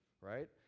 right